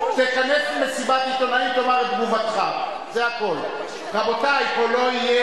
אדמות הלאום הרי